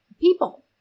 people